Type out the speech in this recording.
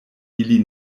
ili